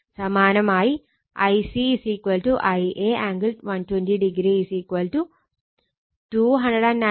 സമാനമായി Ic Ia angle 120o 297